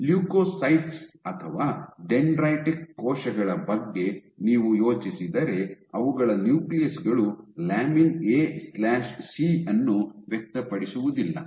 leucocyte ಗಳು ಅಥವಾ dendritic ಕೋಶಗಳ ಬಗ್ಗೆ ನೀವು ಯೋಚಿಸಿದರೆ ಅವುಗಳ ನ್ಯೂಕ್ಲಿಯಸ್ ಗಳು lamin A C lamin AC ಅನ್ನು ವ್ಯಕ್ತಪಡಿಸುವುದಿಲ್ಲ